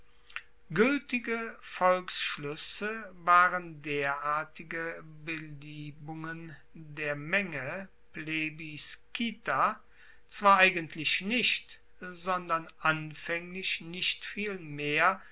gueltige volksschluesse waren derartige beliebungen der menge plebi scita zwar eigentlich nicht sondern anfaenglich nicht viel mehr